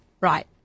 Right